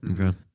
Okay